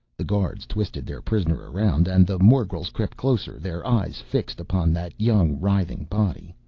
the guards twisted their prisoner around and the morgels crept closer, their eyes fixed upon that young, writhing body.